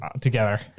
together